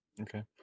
Okay